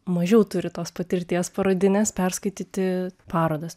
mažiau turi tos patirties parodinės perskaityti parodas